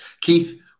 Keith